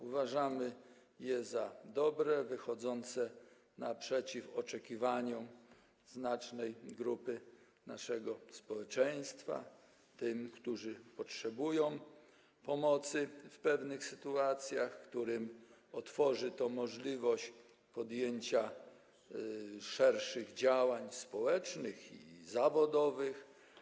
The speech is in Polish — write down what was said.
Uważamy je za dobre, wychodzące naprzeciw oczekiwaniom znacznej grupy naszego społeczeństwa, tych, którzy potrzebują pomocy w pewnych sytuacjach, którym otworzy to możliwość podjęcia szerszych działań społecznych i zawodowych.